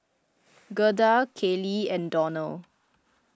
Gertha Kailee and Donald